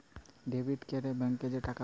debit ক্যরে ব্যাংকে যে টাকা গুলা